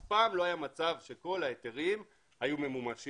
אף פעם לא היה מצב שכל ההיתרים היו ממומשים.